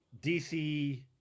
DC